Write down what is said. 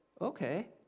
Okay